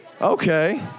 Okay